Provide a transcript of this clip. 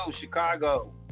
Chicago